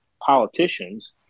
politicians